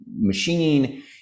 machine